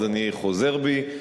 אז אני חוזר בי.